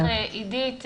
תודה רבה לך, עידית.